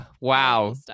Wow